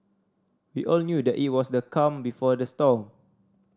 we all knew that it was the calm before the storm